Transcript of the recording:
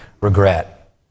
regret